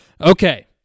Okay